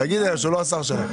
תמר, תגידי לו שהוא לא השר שלך.